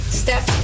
step